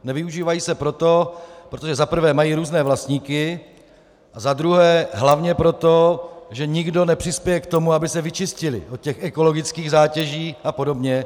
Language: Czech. Nevyužívají se proto, protože za prvé mají různé vlastníky a za druhé hlavně proto, že nikdo nepřispěje k tomu, aby se vyčistily od ekologických zátěží apod.